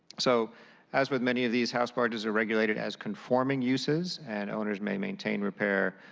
so as with many of these house barges are regulated as conforming uses and owners may maintain repair,